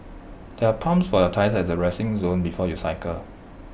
there are pumps for your tyres at the resting zone before you cycle